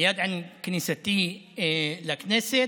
מייד עם כניסתי לכנסת,